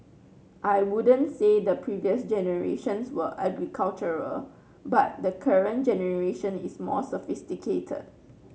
I wouldn't say the previous generations were agricultural but the current generation is more sophisticated